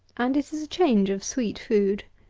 and it is a change of sweet food.